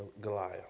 Goliath